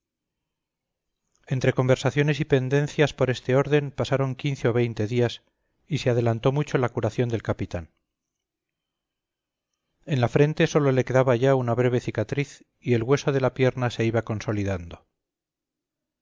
entre conversaciones y pendencias por este orden pasaron quince o veinte días y adelantó mucho la curación del capitán en la frente sólo le quedaba ya una breve cicatriz y el hueso de la pierna se iba consolidando